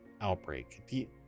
outbreak